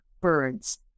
birds